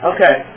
Okay